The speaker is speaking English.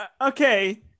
okay